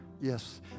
Yes